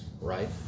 right